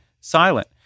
silent